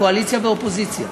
קואליציה ואופוזיציה.